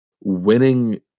winning